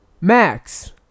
Max